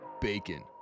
bacon